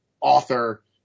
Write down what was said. author